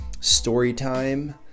Storytime